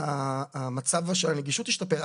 הנגישות תשתפר,